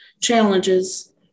challenges